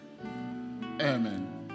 Amen